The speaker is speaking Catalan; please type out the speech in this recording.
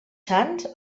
sants